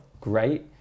great